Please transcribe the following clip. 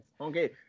Okay